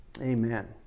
Amen